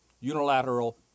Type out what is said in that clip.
unilateral